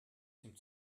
dem